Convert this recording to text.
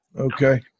okay